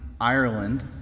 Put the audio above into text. Ireland